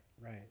right